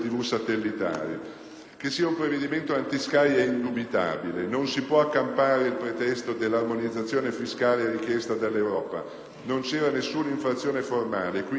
Che sia un provvedimento anti SKY è indubitabile; non si può accampare il pretesto dell'armonizzazione fiscale richiesta dall'Europa, non c'era nessuna infrazione formale e quindi nessuna urgenza.